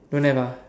don't have ah